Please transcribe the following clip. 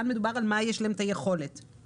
כאן מדובר על היכולת שיש להם.